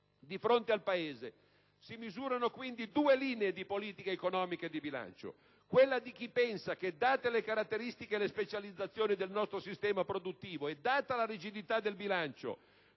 Di fronte al Paese si misurano quindi due linee di politica economica e di bilancio: quella di chi pensa che - date le caratteristiche e le specializzazioni del nostro sistema produttivo e data la rigidità del bilancio